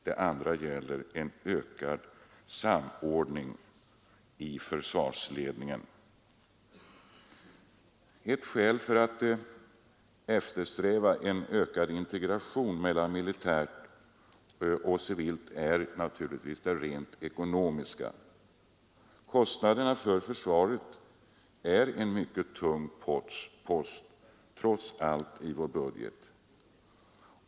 Den andra gäller ökad samordning i försvarsledningen. Ett skäl för att eftersträva en ökad integration mellan militärt och civilt är naturligtvis det rent ekonomiska. Kostnaderna för försvaret är trots allt en mycket tung post i vår budget.